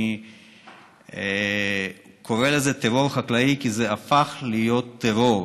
אני קורא לזה טרור חקלאי כי זה הפך להיות טרור.